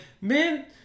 man